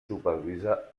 supervisa